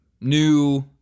new